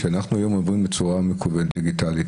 כשאנחנו עובדים בצורה דיגיטלית,